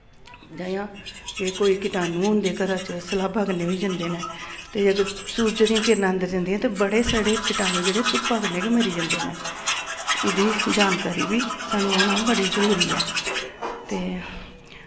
जां जियां के कोई किटाणु होंदे घरा च सलाब्बा कन्नै होई जन्दे न ते अगर सुरज दियां किरणां अंदर जन्दियां ते बड़े सारे कीटाणु जेह्ड़े धुप्पा कन्नै गै मरी जन्दे न एह्दी जानकारी बी सानू होना बड़ी जरूरी ऐ ते